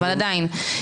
אבל עדיין,